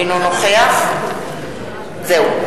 אינו נוכח רבותי,